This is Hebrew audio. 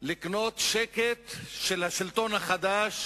לקנות שקט לשלטון החדש